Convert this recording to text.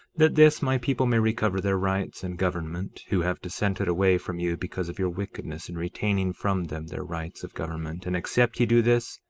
that this my people may recover their rights and government, who have dissented away from you because of your wickedness in retaining from them their rights of government, and except ye do this,